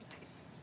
Nice